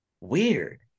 weird